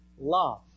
love